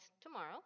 tomorrow